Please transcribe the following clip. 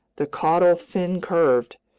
the caudal fin curved,